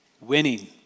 Winning